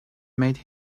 made